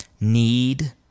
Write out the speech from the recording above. need